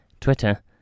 Twitter